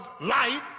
light